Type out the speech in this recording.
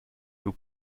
who